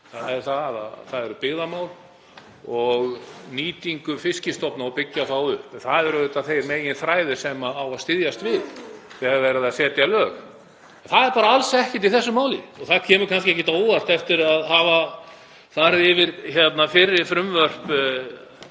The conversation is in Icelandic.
fiskveiða, þ.e. byggðamál og nýting fiskstofna og að byggja þá upp. Það eru auðvitað þeir meginþræðir sem á að styðjast við þegar verið er að setja lög. Það er alls ekkert í þessu máli. Það kemur kannski ekkert á óvart eftir að hafa farið yfir fyrri frumvörp